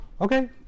Okay